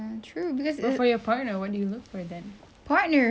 if the answer is opposite